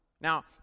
Now